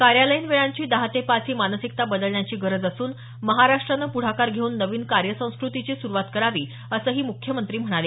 कार्यालयीन वेळांची दहा ते पाच ही मानसिकता बदलण्याची गरज असून महाराष्ट्रानं पुढाकार घेऊन नवीन कार्यसंस्कृतीची सुरुवात करावी असंही मुख्यमंत्री म्हणाले